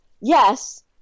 yes